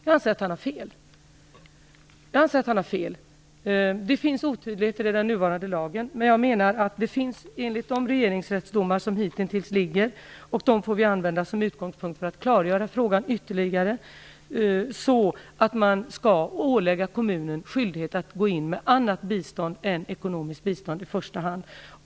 Jag anser att han har fel. Det finns otydligheter i den nuvarande lagen, men jag menar att enligt de regeringsrättsdomar som hitintills fallit och som vi får använda som utgångspunkt för att klargöra frågan ytterligare skall kommunen åläggas skyldighet att gå in med annat bistånd än i första hand ekonomiskt bistånd.